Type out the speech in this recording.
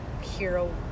hero